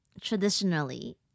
Traditionally